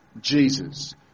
Jesus